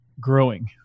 growing